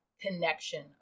connection